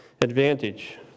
advantage